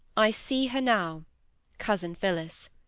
i see her now cousin phillis.